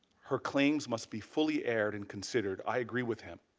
her claims must be fully aired and considered. i agree with him.